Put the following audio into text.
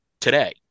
today